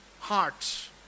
hearts